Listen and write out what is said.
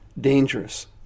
dangerous